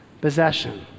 possession